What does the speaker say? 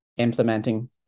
implementing